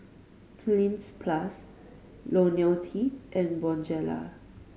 Cleanz Plus Ionil T and Bonjela